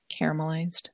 Caramelized